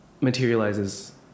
materializes